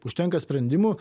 užtenka sprendimų